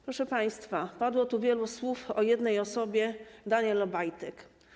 Proszę państwa, padło tu wiele słów o jednej osobie, Danielu Obajtku.